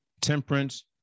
temperance